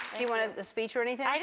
you want a speech or anything?